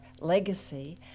legacy